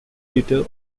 editor